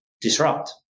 disrupt